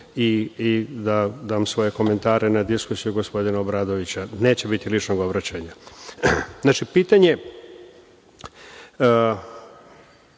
i da dam svoje komentare na diskusiju gospodina Obradovića. Neće biti ličnog obraćanja. Znači pitanje